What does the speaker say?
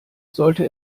sollte